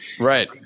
Right